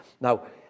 Now